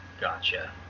Gotcha